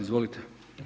Izvolite.